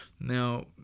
Now